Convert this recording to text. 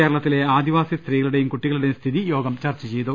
കേരളത്തിലെ ആദിവാസി സ്ത്രീകളുടെയും കുട്ടികളുടെയും സ്ഥിതി യോഗം ചർച്ച ചെയ്തു